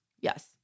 yes